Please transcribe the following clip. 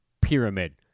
pyramid